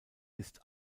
ist